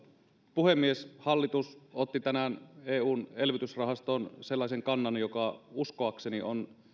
puhemies hallitus otti tänään eun elvytysrahastoon sellaisen kannan joka uskoakseni on